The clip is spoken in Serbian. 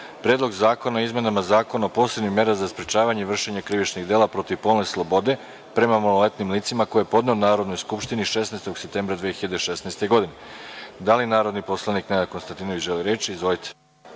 Predlog zakona o izmenama Zakona o posebnim mera za sprečavanje vršenja krivičnih dela protiv polne slobode prema maloletnim licima, koje je podneo Narodnoj skupštini 16. septembra 2016. godine. Da li narodni poslanik Nenad Konstantinović želi reč? (Da)Izvolite.